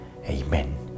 Amen